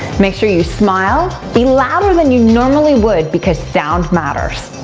make sure you smile. be louder than you normally would, because sound matters.